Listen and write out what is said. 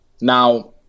Now